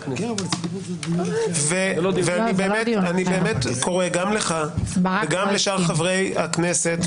אני קורא גם לך וגם לשאר חברי הכנסת,